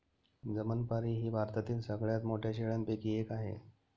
जमनापरी ही भारतातील सगळ्यात मोठ्या शेळ्यांपैकी एक आहे